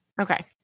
Okay